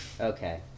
Okay